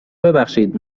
ببخشید